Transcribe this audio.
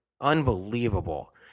Unbelievable